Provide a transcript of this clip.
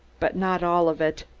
but not all of it.